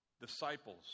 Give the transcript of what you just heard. Disciples